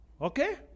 Okay